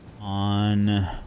on